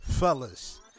Fellas